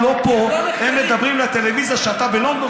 הם מדברים לטלוויזיה כשאתה בלונדון,